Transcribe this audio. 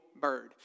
bird